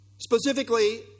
Specifically